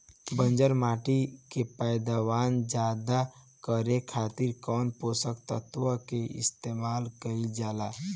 बंजर माटी के पैदावार ज्यादा करे खातिर कौन पोषक तत्व के इस्तेमाल कईल जाला?